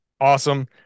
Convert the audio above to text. awesome